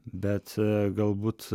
bet galbūt